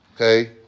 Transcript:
okay